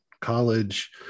college